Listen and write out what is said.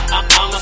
I'ma